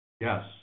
Yes